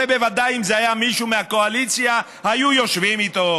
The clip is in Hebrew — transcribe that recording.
הרי בוודאי אם זה היה מישהו מהקואליציה היו יושבים איתו